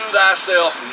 thyself